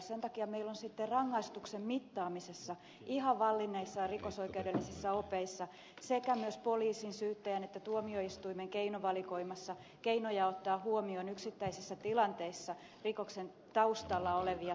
sen takia meillä on sitten rangaistuksen mittaamisessa ihan vallinneissa ja rikosoikeudellisissa opeissa sekä myös poliisin syyttäjän että tuomioistuimen keinovalikoimassa keinoja ottaa huomioon yksittäisissä tilanteissa rikoksen taustalla olevia seikkoja